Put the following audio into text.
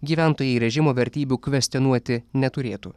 gyventojai režimo vertybių kvestionuoti neturėtų